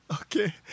Okay